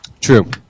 True